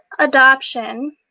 adoption